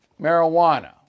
Marijuana